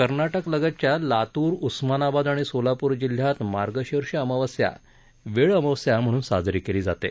कर्नाटकलगतच्या लातूर उस्मानाबाद आणि सोलापूर जिल्ह्यात मार्गशीर्ष अमावस्या वेळ अमावस्या म्हणून साजरी केली जाते